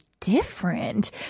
different